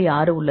6 உள்ளது